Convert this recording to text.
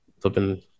flipping